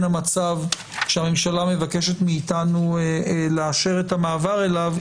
המצב שהממשלה מבקשת מאתנו לאשר את המעבר אליו,